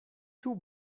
two